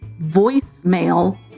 voicemail